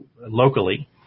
locally